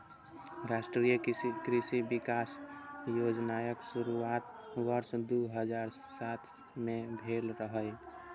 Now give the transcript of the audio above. राष्ट्रीय कृषि विकास योजनाक शुरुआत वर्ष दू हजार सात मे भेल रहै